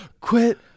quit